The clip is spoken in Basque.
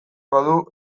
badu